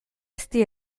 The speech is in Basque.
ezti